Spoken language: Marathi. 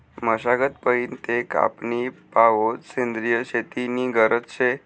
मशागत पयीन ते कापनी पावोत सेंद्रिय शेती नी गरज शे